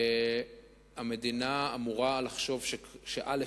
המדינה אמורה לחשוב, א.